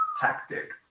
tactic